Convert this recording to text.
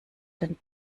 den